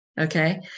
Okay